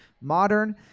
modern